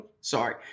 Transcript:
sorry